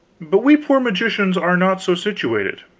but we poor magicians are not so situated.